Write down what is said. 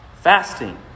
fasting